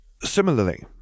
Similarly